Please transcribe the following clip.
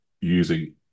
using